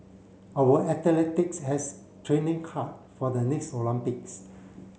our athletes has training hard for the next Olympics